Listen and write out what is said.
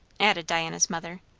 added diana's mother.